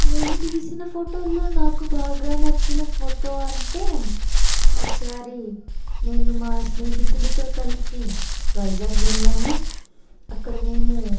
నేను తీసిన ఫోటోలలో నాకు బాగా నచ్చిన ఫోటో అంటే ఒకసారి నేను మా స్నేహితులతో కలిసి వైజాగ్ వెళ్ళాను అక్కడ మేము